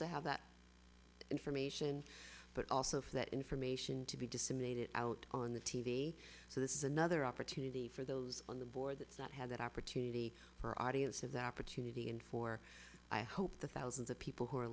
to have that information but also for that information to be disseminated out on the t v so this is another opportunity for those on the board that's not had that opportunity for audience of that opportunity and for i hope the thousands of people who are